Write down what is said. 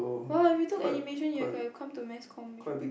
!wow! if you took animation you have come to mass comm with me